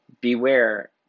beware